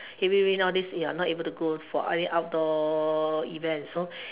heavy rain all these you are not able to go for any outdoor events so